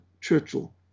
Churchill